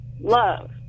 love